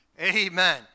Amen